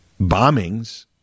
bombings